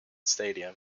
stadium